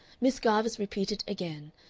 miss garvice repeated again,